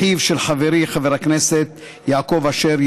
אחיו של חברי חבר הכנסת יעקב אשר,